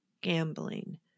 gambling